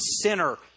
sinner